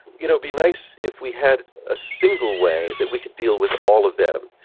you know be nice if we had a single way that we could deal with all of them,